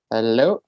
Hello